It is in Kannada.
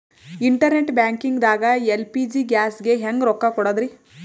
ಇಂಟರ್ನೆಟ್ ಬ್ಯಾಂಕಿಂಗ್ ದಾಗ ಎಲ್.ಪಿ.ಜಿ ಗ್ಯಾಸ್ಗೆ ಹೆಂಗ್ ರೊಕ್ಕ ಕೊಡದ್ರಿ?